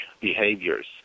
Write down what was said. behaviors